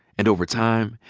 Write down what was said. and over time,